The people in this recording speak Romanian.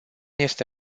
este